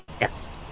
yes